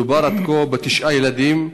מדובר עד כה בתשעה ילדים,